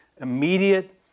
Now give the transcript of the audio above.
immediate